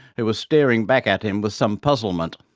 who was staring back at him with some puzzlement.